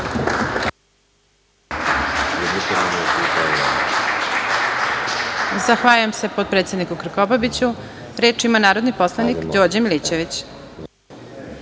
Zahvaljujem se potpredsedniku Krkobabiću. Reč ima narodni poslanik Đorđe Milićević.